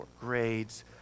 grades